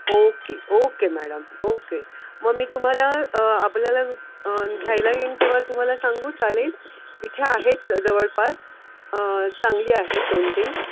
okay okay madam okay मग मी तुम्हाला आपल्याला घ्यायला येईन तेव्हा तुम्हाला सांगू चालेल इथे आहेत जवळपास चांगली आहेत दोन तीन